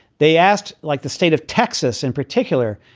they asked like the state of texas in particular,